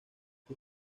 sus